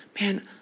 man